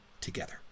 together